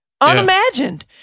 unimagined